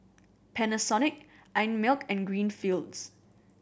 Panasonic Einmilk and Greenfields